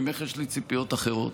ממך יש לי ציפיות אחרות.